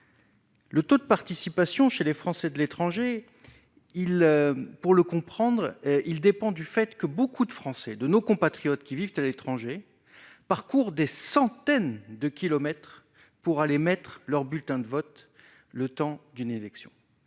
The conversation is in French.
Le taux de participation chez les Français de l'étranger il pour le comprendre, il dépend du fait que beaucoup de Français de nos compatriotes qui vivent à l'étranger, parcourt des centaines de kilomètres pour aller mettre leur bulletin de vote, le temps d'une élection